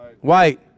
White